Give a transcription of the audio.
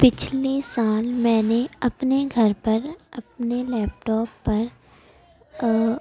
پچھلے سال میں نے اپنے گھر پر اپنے لیپ ٹاپ پر